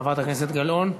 חברת הכנסת גלאון,